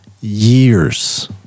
years